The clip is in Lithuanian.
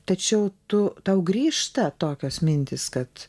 tačiau tu tau grįžta tokios mintys kad